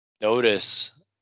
Notice